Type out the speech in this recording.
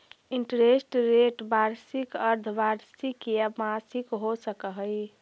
interest rate वार्षिक, अर्द्धवार्षिक या मासिक हो सकऽ हई